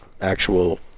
actual